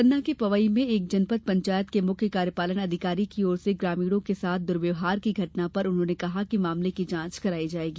पन्ना के पवई में एक जनपद पंचायत के मुख्य कार्यपालन अधिकारी की ओर से ग्रामीणों के साथ दुर्व्यवहार की घटना पर उन्होंने कहा कि मामले की जांच कराई जाएगी